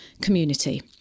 community